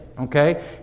Okay